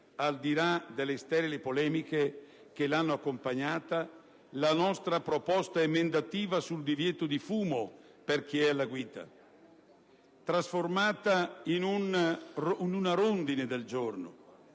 al di là delle sterili polemiche che l'hanno accompagnata, la nostra proposta emendativa sul divieto di fumo per chi è alla guida, trasformata in una "rondine" del giorno,